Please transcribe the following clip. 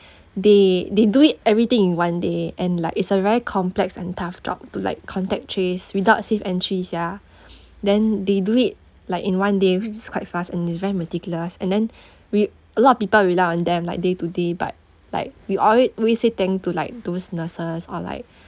they they do it everything in one day and like it's a very complex and tough job to like contact trace without safe entry sia then they do it like in one day which is quite fast and it's very meticulous and then with a lot of people rely on them like day to day but like we always we say thank to like those nurses or like